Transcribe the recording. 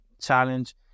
challenge